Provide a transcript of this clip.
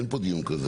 אין פה דיון כזה.